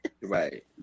Right